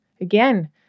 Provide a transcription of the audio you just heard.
again